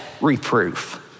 reproof